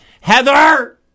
Heather